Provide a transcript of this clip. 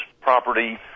property